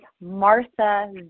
Martha